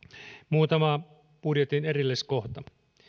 muutama budjetin erilliskohta